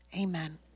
amen